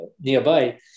nearby